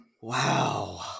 Wow